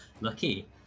Lucky